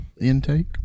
intake